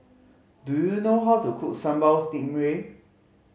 do you know how to cook Sambal Stingray